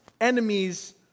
enemies